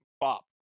Bob